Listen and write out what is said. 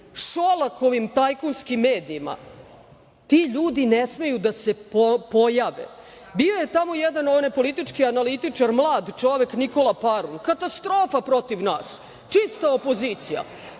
Šolakovim tajkunskim medijima ti ljudi ne smeju da se pojave. Bio je tamo jedan politički analitičar, mlad čovek Nikola Parun, katastrofa protiv nas, čista opozicija.